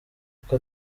kuko